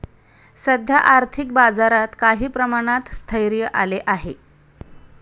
सध्या आर्थिक बाजारात काही प्रमाणात स्थैर्य आले आहे